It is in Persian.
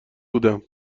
بودم